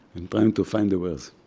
and but um to find the words,